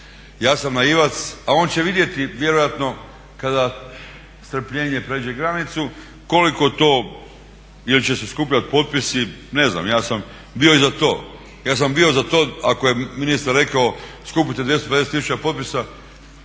Ja sam naivac a on će vidjeti vjerojatno kada strpljenje pređe granicu, koliko to, ili će se skupljati potpisi, ne znam ja sam bio i za to. Ja sam bio za to ako je ministar rekao skupite 250 tisuća potpisa